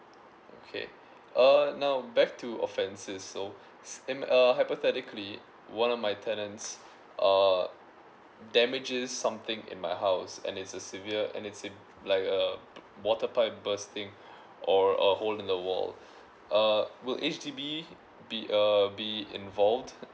okay err now back to offences so err hypothetically one of my tenants uh damages something in my house and it's a severe and it's like uh water pipe bursting or a hole in the wall uh would H_D_B be uh be involved